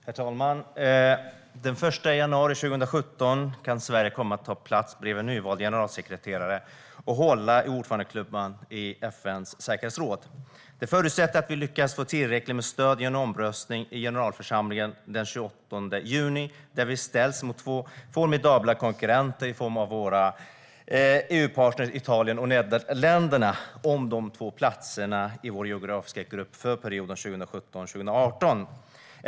Herr talman! Den 1 januari 2017 kan Sverige komma att ta plats bredvid en nyvald generalsekreterare och hålla i ordförandeklubban i FN:s säkerhetsråd. Det förutsätter att vi lyckas få tillräckligt stöd i en omröstning i generalförsamlingen den 28 juni, där vi ställs mot två formidabla konkurrenter i form av våra EU-partner Italien och Nederländerna om de två platserna i vår geografiska grupp för perioden 2017-2018.